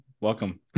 welcome